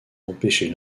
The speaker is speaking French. empêcher